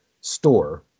store